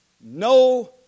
No